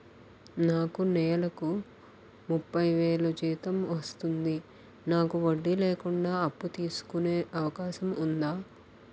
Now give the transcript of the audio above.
నాకు నేలకు ముప్పై వేలు జీతం వస్తుంది నాకు వడ్డీ లేకుండా అప్పు తీసుకునే అవకాశం ఉందా